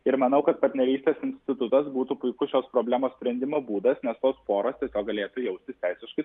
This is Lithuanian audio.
ir manau kad partnerystės institutas būtų puikus šios problemos sprendimo būdas nes tos poros galėtų jaustis teisiškai